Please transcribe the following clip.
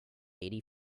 eighty